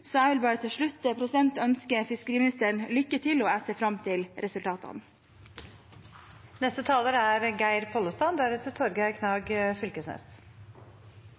Jeg vil bare ønske fiskeriministeren lykke til, og jeg ser fram til resultatene. Eg vil takka saksordføraren for den jobben han har gjort. I dei to føregåande innlegga er